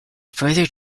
further